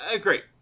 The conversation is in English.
great